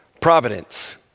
Providence